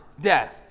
death